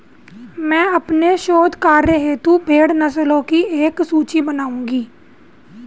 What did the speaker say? मैं अपने शोध कार्य हेतु भेड़ नस्लों की एक सूची बनाऊंगी